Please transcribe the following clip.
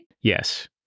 Yes